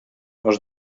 els